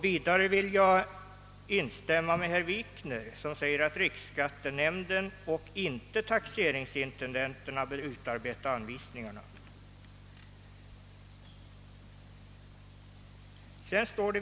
Jag vill instämma i vad herr Wikner sade om att det är riksskattenämnden och inte taxeringsintendenterna som bör utarbeta anvisningarna.